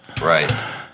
Right